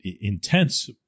intense